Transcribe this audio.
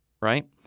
right